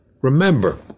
Remember